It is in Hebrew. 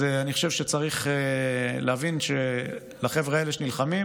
אני חושב שצריך להבין שהחבר'ה האלה שנלחמים,